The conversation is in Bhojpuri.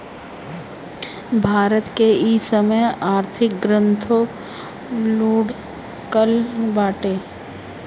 भारत के इ समय आर्थिक ग्रोथ लुढ़कल बाटे